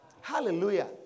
Hallelujah